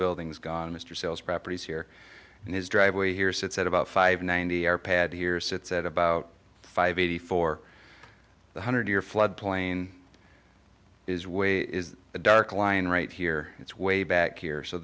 buildings gone mr sales properties here and his driveway here sits at about five ninety our pad here sits at about five eighty four the hundred year flood plain is way is a dark line right here it's way back here so